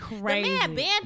crazy